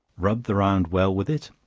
rub the round well with it,